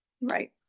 Right